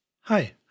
hi